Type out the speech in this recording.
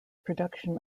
production